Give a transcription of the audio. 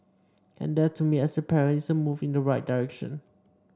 and that to me as a parent is a move in the right direction